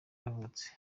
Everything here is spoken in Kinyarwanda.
yavutse